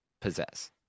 possess